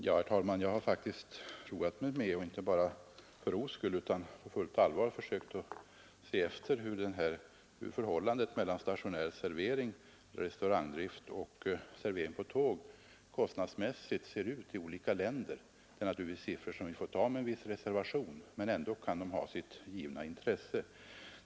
Herr talman! Jag har faktiskt försökt se efter, inte bara för ro skull utan på fullt allvar, hur förhållandet mellan servering vid stationär restaurangdrift och servering på tåg kostnadsmässigt ser ut i olika länder. Det är naturligtvis siffror som vi får ta med en viss reservation, men de kan ändå ha sitt givna intresse.